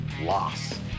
loss